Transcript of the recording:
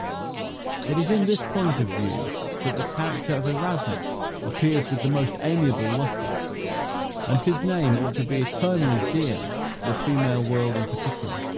it is in this point of view that the character of erasmus appears with the most amiable lustre and his name ought to be eternally dear to the female world in particular.